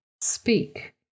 speak